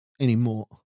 anymore